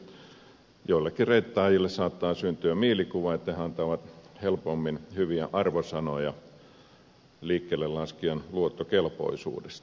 joillekin reittaajille saattaa syntyä mielikuva että he antavat helpommin hyviä arvosanoja liikkeellelaskijan luottokelpoisuudesta